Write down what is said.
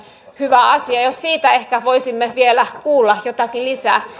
hyvä asia jos siitä ehkä voisimme vielä kuulla jotakin lisää